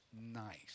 nice